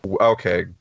Okay